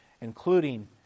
including